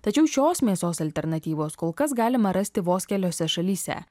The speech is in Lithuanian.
tačiau šios mėsos alternatyvos kol kas galima rasti vos keliose šalyse